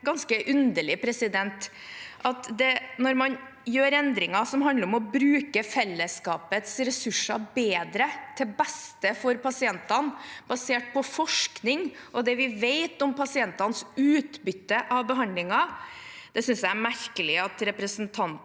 ganske underlig. Når man gjør endringer som handler om å bruke fellesskapets ressurser bedre, til beste for pasientene, basert på forskning og det vi vet om pasientenes utbytte av behandlingen, synes jeg det er merkelig at representanten